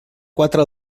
quatre